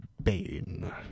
bane